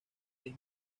diez